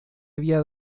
había